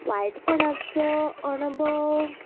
वायटपणाचो अणभव